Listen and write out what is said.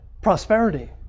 Prosperity